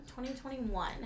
2021